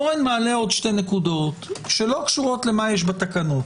אורן מעלה עוד שתי נקודות שלא קשורות למה יש בתקנות.